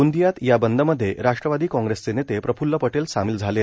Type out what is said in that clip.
गोंदियात या बंदमध्ये राष्ट्रवादी काँग्रेसचे नेते प्रफ्ल पटेल सामील झालेत